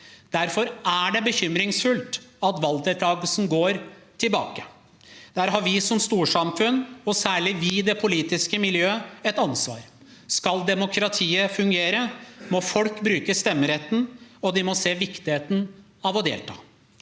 Derfor er det bekymringsfullt at valgdeltakelsen går tilbake. Der har vi som storsamfunn, og særlig vi i det politiske miljøet, et ansvar. Skal demokratiet fungere, må folk bruke stemmeretten, og de må se viktigheten av å delta.